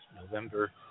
November